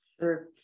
Sure